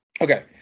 Okay